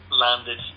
Landed